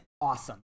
awesome